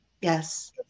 Yes